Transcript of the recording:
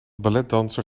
balletdanser